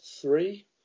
three